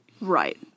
Right